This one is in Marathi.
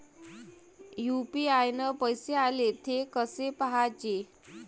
यू.पी.आय न पैसे आले, थे कसे पाहाचे?